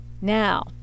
now